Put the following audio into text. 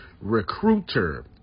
Recruiter